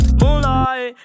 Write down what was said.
moonlight